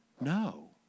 No